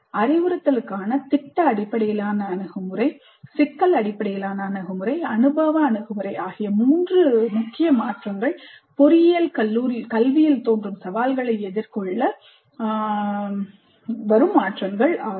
அறிவுறுத்தலுக்கான திட்ட அடிப்படையிலான அணுகுமுறை சிக்கல் அடிப்படையிலான அணுகுமுறை அனுபவ அணுகுமுறை ஆகிய மூன்று முக்கிய மாற்றங்கள் பொறியியல் கல்வியில் தோன்றும் சவால்களை எதிர்கொள்ள பொறியியல் கல்வியில் வரும் மூன்று முக்கிய மாற்றங்கள் ஆகும்